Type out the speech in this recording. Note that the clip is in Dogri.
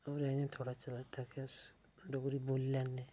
होर अजें थोह्ड़ा चला दा गै अस डोगरी बोली लैने